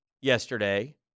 yesterday